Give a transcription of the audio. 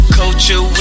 culture